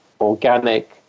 organic